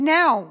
Now